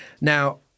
now